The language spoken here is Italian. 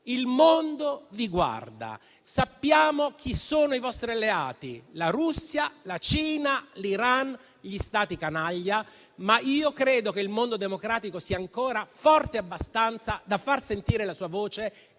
il mondo vi guarda. Sappiamo chi sono i vostri alleati: la Russia, la Cina, l'Iran, gli Stati canaglia, ma io credo che il mondo democratico sia ancora forte abbastanza da far sentire la sua voce